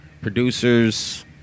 Producers